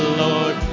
lord